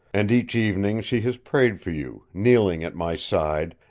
and each evening she has prayed for you, kneeling at my side,